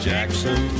Jackson